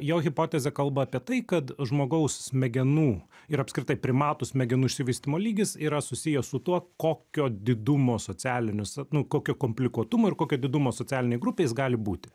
jo hipotezė kalba apie tai kad žmogaus smegenų ir apskritai primatų smegenų išsivystymo lygis yra susijęs su tuo kokio didumo socialinius nu kokio komplikuotumo ir kokio didumo socialinėj grupėj jis gali būti